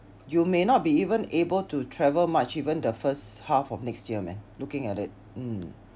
you may not be even able to travel much even the first half of next year man looking at it mm